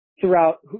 throughout